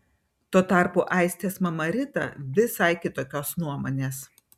tuo tarpu aistės mama rita visai kitokios nuomonės